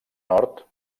nord